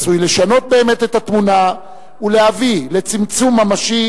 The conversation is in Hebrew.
עשוי לשנות את התמונה ולהביא לצמצום ממשי